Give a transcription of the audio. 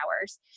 hours